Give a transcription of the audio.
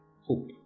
hope